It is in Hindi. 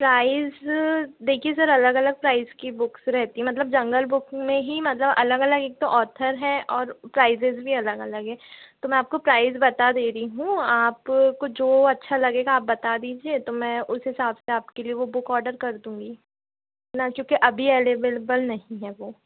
प्राइस देखिए सर अलग अलग प्राइस की बुक्स रहती हैं मतलब जंगल बुक में ही मतलब अलग अलग एक तो ऑथर है और प्राइज़ेज़ भी अलग अलग हैं तो मैं आपको प्राइज़ बता दे रही हूँ आपको जो अच्छा लगेगा आप बता दीजिए तो मैं उस हिसाब से आपके लिए वो बुक ऑडर कर दूँगी ना कि क्योंकि अभी अवेलेबल नहीं है वो